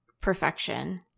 perfection